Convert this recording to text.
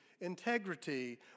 integrity